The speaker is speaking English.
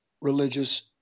religious